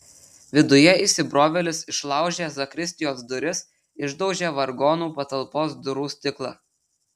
viduje įsibrovėlis išlaužė zakristijos duris išdaužė vargonų patalpos durų stiklą